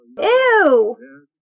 Ew